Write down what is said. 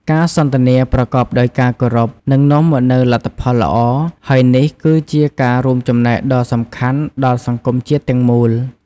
ការសន្ទនាប្រកបដោយការគោរព នឹងនាំមកនូវលទ្ធផលល្អ ហើយនេះគឺជាការរួមចំណែកដ៏សំខាន់ដល់សង្គមជាតិទាំងមូល។